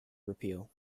repeal